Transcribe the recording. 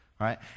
right